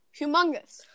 humongous